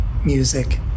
music